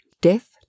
death